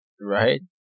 Right